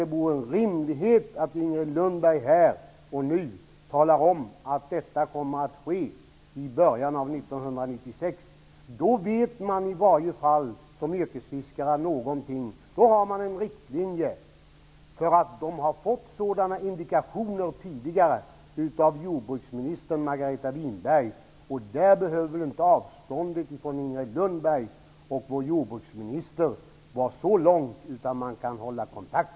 Det vore rimligt att Inger Lundberg här och nu sade att detta kommer att ske i början av 1996. Då vet yrkesfiskarna i alla fall någonting. Då har de en riktlinje. De har tidigare fått vissa indikationer från jordbruksminister Margareta Winberg. Avståndet mellan Inger Lundberg och vår jordbruksminister behöver väl inte vara längre än att man kan hålla kontakt.